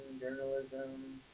journalism